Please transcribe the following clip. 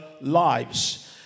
lives